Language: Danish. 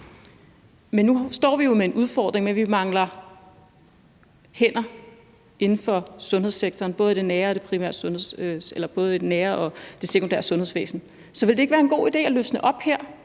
Men nu står vi jo med en udfordring med, at vi mangler hænder inden for sundhedssektoren, både i det nære og i det sekundære sundhedsvæsen. Så ville det ikke være en god idé at løsne op her